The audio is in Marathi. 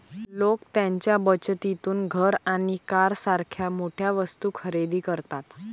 लोक त्यांच्या बचतीतून घर आणि कारसारख्या मोठ्या वस्तू खरेदी करतात